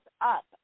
up